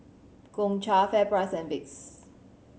Gongcha FairPrice and Vicks